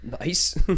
Nice